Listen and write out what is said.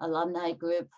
alumni group